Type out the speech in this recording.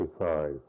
exercise